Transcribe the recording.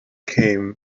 came